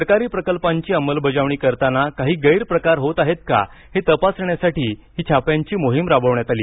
सरकारी प्रकल्पांची अंमलबजावणी करताना काही गैरप्रकार होत आहेत का हे तपासण्यासाठी ही छाप्यांची मोहीम राबवण्यात आली